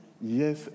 Yes